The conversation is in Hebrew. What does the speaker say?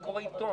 הוא קורא עיתון,